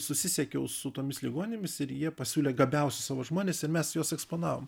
susisiekiau su tomis ligoninėmis ir jie pasiūlė gabiausius savo žmones ir mes juos eksponavom